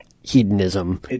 hedonism